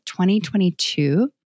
2022